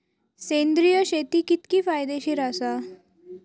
सेंद्रिय शेती कितकी फायदेशीर आसा?